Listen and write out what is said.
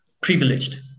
privileged